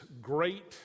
great